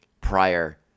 prior